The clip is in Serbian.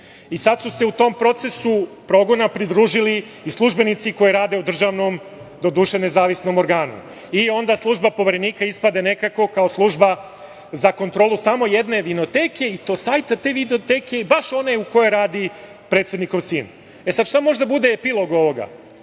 Sad su se u tom procesu progona pridružili i službenici koji rade u državnom, doduše nezavisnom, organu. Onda služba Poverenika ispade nekako kao služba za kontrolu samo jedne vinoteke, i to sajta te vinoteke, baš one u kojoj radi predsednikov sin.E, sad, šta može da bude epilog ovoga?